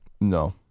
No